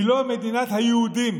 היא לא מדינת היהודים.